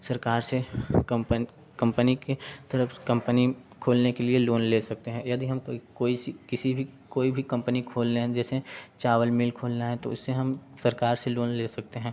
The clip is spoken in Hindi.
सरकार से कंपनी के तरफ से कंपनी खोलने के लिए लोन ले सकते हैं यदि हम कोई सी किसी भी कोई भी कंपनी खोल लें जैसे चावल मिल खोलना है तो इससे हम सरकार से लोन ले सकते हैं